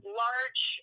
large